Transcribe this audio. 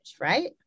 right